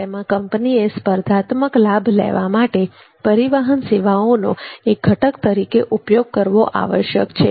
તેમાં કંપનીએ સ્પર્ધાત્મક લાભ લેવા માટે પરિવહન સેવાઓનો એક ઘટક તરીકે ઉપયોગ કરવો આવશ્યક છે